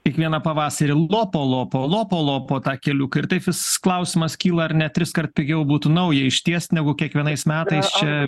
iekvieną pavasarį lopo lopo lopo lopo tą keliuką ir taip vis klausimas kyla ar ne triskart pigiau būtų naują ištiest negu kiekvienais metais čia